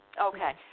Okay